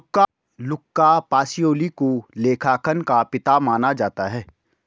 लुका Pacioli को लेखांकन का पिता माना जाता है